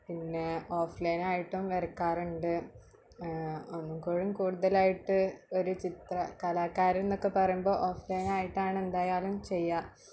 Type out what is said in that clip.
പിന്നെ ഓഫ് ലൈനായിട്ടും വരയ്ക്കാറുണ്ട് ഒന്നുങ്കൂടെ കൂടുതലായിട്ട് ഒരു ചിത്ര കലാകാരൻന്നക്കെ പറയുമ്പോൾ ഓഫ് ലൈനായിയിട്ടാണെന്തായാലും ചെയ്യുക